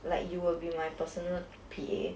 like you will be my personal P_A